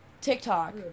TikTok